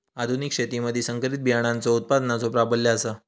आधुनिक शेतीमधि संकरित बियाणांचो उत्पादनाचो प्राबल्य आसा